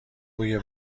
بوی